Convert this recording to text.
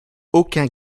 aucun